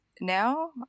now